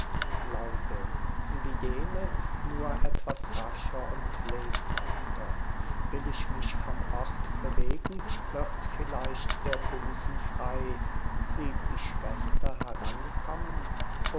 glaube wie jene nur etwas rascher und lebhafter will ich mich vom ort bewegen wird vielleicht der busen frei sieht die schwester herankommen